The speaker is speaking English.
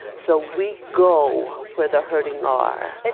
so we go where the hurting are.